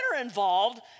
involved